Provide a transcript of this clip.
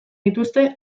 dituzte